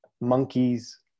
monkeys